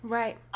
right